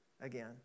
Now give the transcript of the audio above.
again